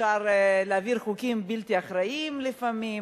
אפשר להעביר חוקים בלתי אחראיים לפעמים,